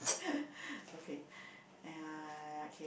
okay uh